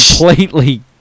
completely